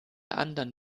anderen